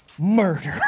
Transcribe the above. murder